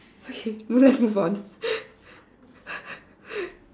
okay let's move on